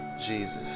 Jesus